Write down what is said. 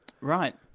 Right